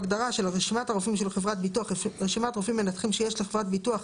"רשימת הרופאים של חברת הביטוח" רשימת רופאים מנתחים שיש לחברת הביטוח